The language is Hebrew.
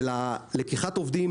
של לקיחת עובדים.